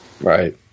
Right